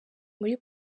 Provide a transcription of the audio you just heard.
muri